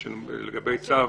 לגבי צו,